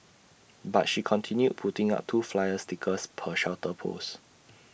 but she continued putting up two flyer stickers per shelter post